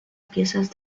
piezas